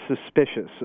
suspicious